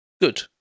Good